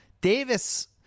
Davis